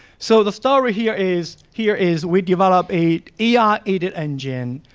so the story here is here is we developed a yeah ah ai-aided engine.